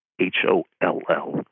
H-O-L-L